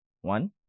One